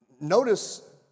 Notice